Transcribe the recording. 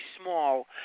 small